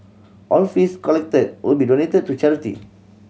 all fees collected will be donated to charity